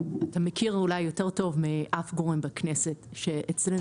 אתה מכיר טוב יותר מכל גורם בכנסת שאצלנו